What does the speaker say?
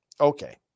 Okay